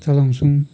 चलाउँछौँ